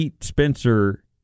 Spencer